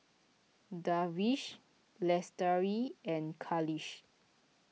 Darwish Lestari and Khalish